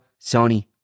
Sony